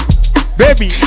Baby